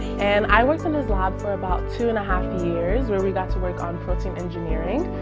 and i work in his lab for about two and a half years where we got to work on protein engineering.